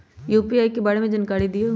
UPI के बारे में जानकारी दियौ?